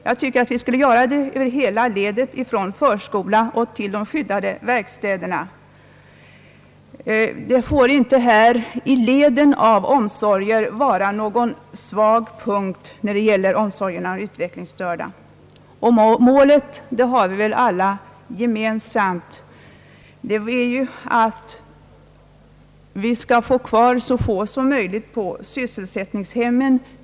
Jag tycker att vi skulle göra det i hela ledet från förskolan och till de skyddade verkstäderna. Det får inte här i leden av omsorger finnas någon svag punkt när det gäller de utvecklingsstörda. Målet har vi väl alla gemensamt. Det är att vi skall få kvar så få som möjligt på sysselsättningshem m.m.